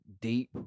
deep